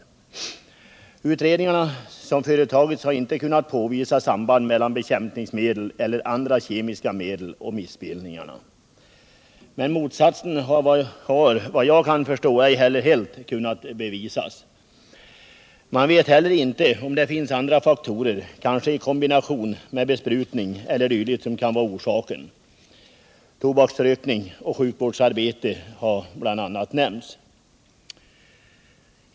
De utredningar som företagits har inte kunnat påvisa något samband mellan bekämpningsmedel eller andra kemiska medel och missbildningarna. Men att det inte skulle föreligga något samband har, vad jag kan förstå, inte heller kunnat bevisas. Man vet inte heller om det finns andra faktorer, kanske i kombination med besprutningar ce. d., som kan vara orsaken. Bl. a. har tobaksrökning och sjukvårdsarbete nämnts.